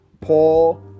Paul